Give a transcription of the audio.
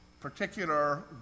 particular